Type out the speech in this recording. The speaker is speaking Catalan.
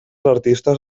artistes